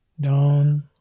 down